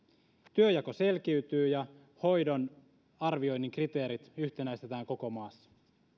työnjako selkiytyy ja hoidon arvioinnin kriteerit yhtenäistetään koko maassa